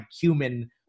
human